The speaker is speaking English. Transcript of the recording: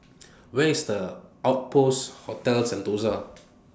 Where IS The Outpost Hotel Sentosa